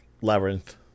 labyrinth